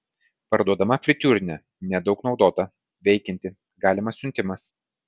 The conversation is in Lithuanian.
parduodama fritiūrinė nedaug naudota veikianti galimas siuntimas